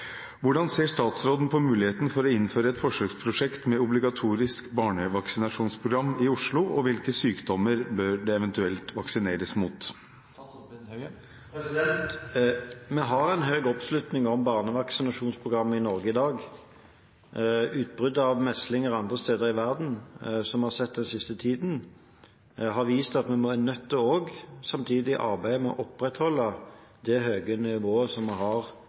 Hvordan ser statsråden på muligheten for å innføre et forsøksprosjekt med obligatorisk barnevaksinasjonsprogram i Oslo, og hvilke sykdommer bør det eventuelt vaksineres mot?» Vi har høy oppslutning om barnevaksinasjonsprogrammet i Norge i dag. Utbruddene av meslinger andre steder i verden som vi har sett den siste tiden, har vist at vi er nødt til å arbeide med å opprettholde det høye nivået vi har